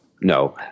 No